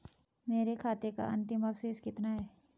मेरे खाते का अंतिम अवशेष कितना है?